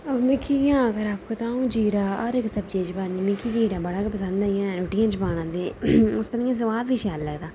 मिकी इ'यां अगर आखो तां अ'ऊं जीरा हर इक सब्जी च पानी मिकी जीरा बड़ा गै पसंद ऐ रुट्टियै च पाना ते उसदा मी सुआत बी शैल लगदा